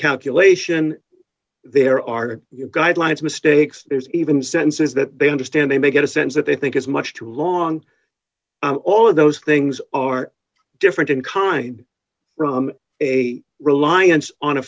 calculation there are guidelines mistakes there's even sentences that they understand they may get a sense that they think is much too long all of those things are different in kind a reliance on a